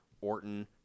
Orton